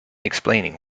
explaining